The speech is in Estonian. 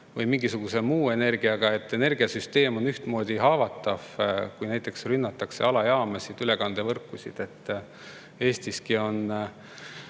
või mingisuguse muu energiaga. Energiasüsteem on ühtmoodi haavatav, kui näiteks rünnatakse alajaamasid, ülekandevõrkusid. Eestiski